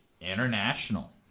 international